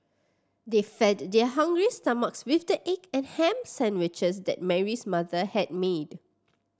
they fed their hungry stomachs with the egg and ham sandwiches that Mary's mother had made